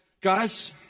Guys